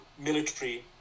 military